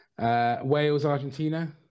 Wales-Argentina